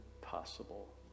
possible